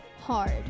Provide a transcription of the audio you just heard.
hard